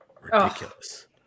ridiculous